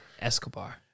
Escobar